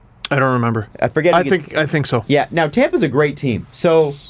i don't remember. i forget, i think, i think so. yeah, now, tampa is a great team. so,